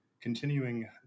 continuing